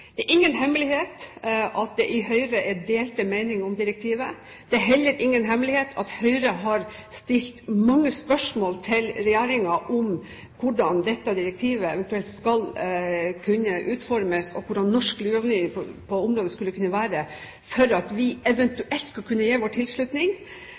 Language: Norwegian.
Det er ingen hemmelighet at det i Høyre er delte meninger om direktivet. Det er heller ingen hemmelighet at Høyre har stilt mange spørsmål til regjeringen om hvordan dette direktivet eventuelt skal kunne utformes, og hvordan norsk lovgivning på området skulle kunne være for at vi